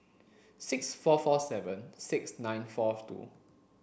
six four four seven six nine four two